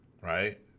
right